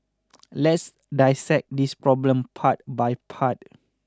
let's dissect this problem part by part